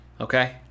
Okay